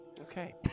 Okay